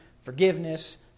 forgiveness